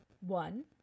One